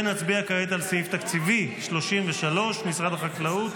נצביע כעת על סעיף תקציבי 33, משרד החקלאות,